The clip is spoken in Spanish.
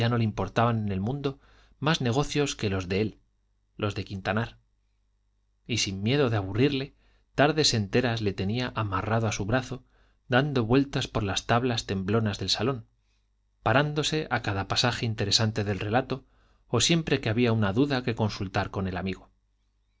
no le importaban en el mundo más negocios que los de él los de quintanar y sin miedo de aburrirle tardes enteras le tenía amarrado a su brazo dando vueltas por las tablas temblonas del salón parándose a cada pasaje interesante del relato o siempre que había una duda que consultar con el amigo